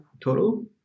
total